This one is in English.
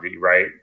right